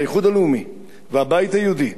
האיחוד הלאומי והבית היהודי,